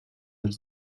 els